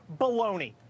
baloney